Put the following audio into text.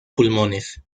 pulmones